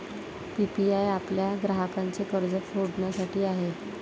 PPI आपल्या ग्राहकांचे कर्ज फेडण्यासाठी आहे